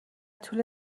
طول